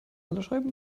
unterschreiben